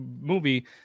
movie